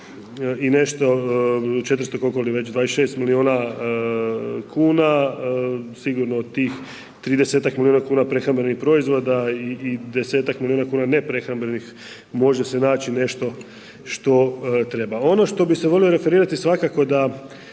i nešto, 400 koliko li već 26 milijuna kn, sigurno tih 30-ak milijuna kn prehrambenih proizvoda i 10-ak milijuna kn neprehrambenih može se naći nešto što treba. Ono što bi se volio referirati svakako da,